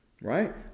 right